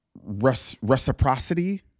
reciprocity